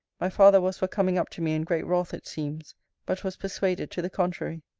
my father was for coming up to me, in great wrath, it seems but was persuaded to the contrary.